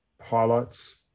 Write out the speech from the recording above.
highlights